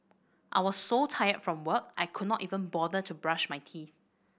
I was so tired from work I could not even bother to brush my teeth